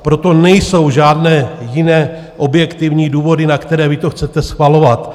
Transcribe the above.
Pro to nejsou žádné jiné objektivní důvody, na které vy to chcete svalovat.